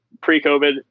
pre-COVID